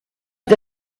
est